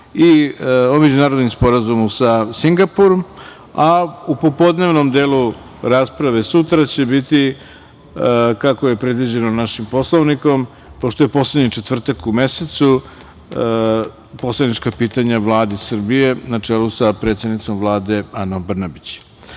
i o Međunarodnom sporazumu sa Singapurom, a u popodnevnom delu rasprave sutra će biti, kako je predviđeno našim Poslovnikom, pošto je poslednji četvrtak u mesecu, poslanička pitanja Vladi Srbije na čelu sa predsednicom Vlade Anom Brnabić.